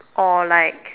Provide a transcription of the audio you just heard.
or like